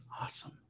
Awesome